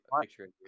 picture